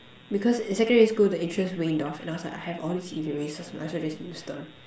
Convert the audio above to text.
because in secondary school the interest waned off and I was like I have all these erasers might as well just use them